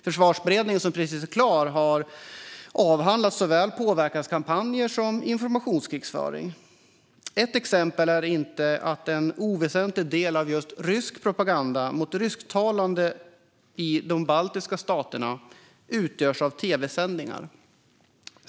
Försvarsberedningen som precis är klar har avhandlat såväl påverkanskampanjer som informationskrigföring. Ett exempel är att en inte oväsentlig del av rysk propaganda mot rysktalande i de baltiska staterna utgörs av tv-sändningar.